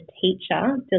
teacher